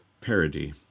parody